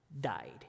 died